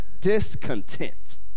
discontent